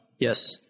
Yes